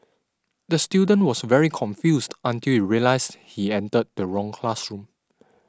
the student was very confused until he realised he entered the wrong classroom